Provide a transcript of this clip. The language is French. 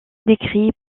décrit